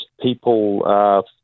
people